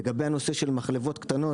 לגבי הנושא של המחלבות הקטנות,